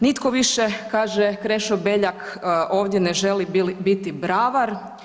Nitko više, kaže Krešo Beljak, ovdje ne želi biti bravar.